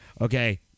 Okay